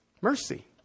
mercy